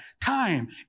time